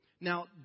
Now